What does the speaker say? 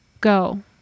Go